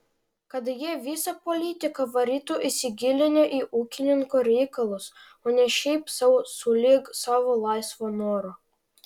kad jie visą politiką varytų įsigilinę į ūkininko reikalus o ne šiaip sau sulig savo laisvo noro